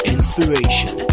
Inspiration